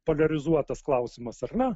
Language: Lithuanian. poliarizuotas klausimas ar ne